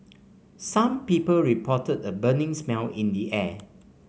some people reported a burning smell in the air